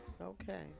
Okay